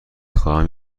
خواهم